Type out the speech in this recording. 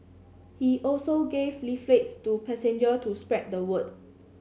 he also gave leaflets to passenger to spread the word